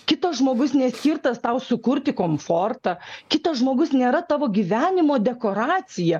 kitas žmogus neskirtas tau sukurti komfortą kitas žmogus nėra tavo gyvenimo dekoracija